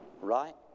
Right